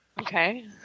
Okay